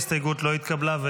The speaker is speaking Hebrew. ההסתייגות לא התקבלה.